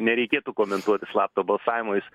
nereikėtų komentuoti slapto balsavimo jis